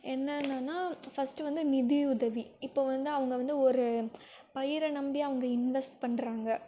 என்னென்னனா ஃபர்ஸ்ட்டு வந்து நிதி உதவி இப்போது வந்து அவங்க வந்து ஒரு பயிரை நம்பி அவங்க இன்வெஸ்ட் பண்ணுறாங்க